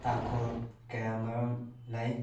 ꯇꯥꯡꯈꯨꯜ ꯀꯌꯥꯃꯔꯨꯝ ꯂꯩ